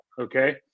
okay